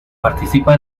participa